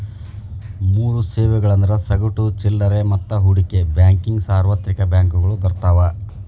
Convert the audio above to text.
ಮೂರ್ ಸೇವೆಗಳಂದ್ರ ಸಗಟು ಚಿಲ್ಲರೆ ಮತ್ತ ಹೂಡಿಕೆ ಬ್ಯಾಂಕಿಂಗ್ ಸಾರ್ವತ್ರಿಕ ಬ್ಯಾಂಕಗಳು ಬರ್ತಾವ